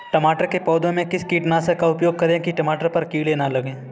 टमाटर के पौधे में किस कीटनाशक का उपयोग करें कि टमाटर पर कीड़े न लगें?